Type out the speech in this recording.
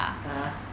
(uh huh)